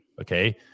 Okay